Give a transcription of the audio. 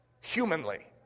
humanly